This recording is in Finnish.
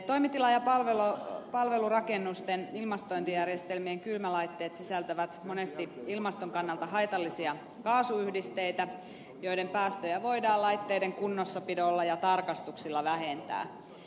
toimitila ja palvelurakennusten ilmastointijärjestelmien kylmälaitteet sisältävät monesti ilmaston kannalta haitallisia kaasuyhdisteitä joiden päästöjä voidaan laitteiden kunnossapidolla ja tarkastuksilla vähentää